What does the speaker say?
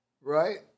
Right